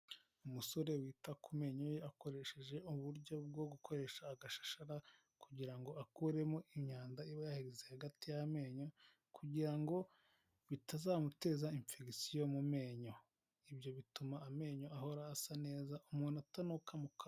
Umusore wita ku menyo ye akoresheje uburyo bwo gukoresha agashashara kugira ngo akuremo imyanda iba yaheze hagati y'amenyo kugira ngo bitazamuteza infegisiyo yo mu menyo ibyo bituma amenyo ahora asa neza umuntu atanuka mu kanwa.